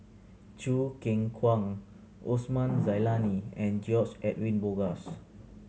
Choo Keng Kwang Osman Zailani and George Edwin Bogaars